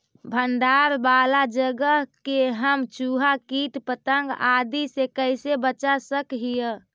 भंडार वाला जगह के हम चुहा, किट पतंग, आदि से कैसे बचा सक हिय?